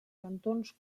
cantons